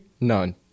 None